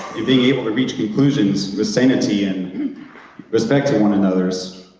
being able to reach conclusions with sanity and respect to one another's.